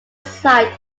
site